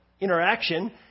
interaction